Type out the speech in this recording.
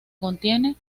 contiene